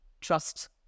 Trust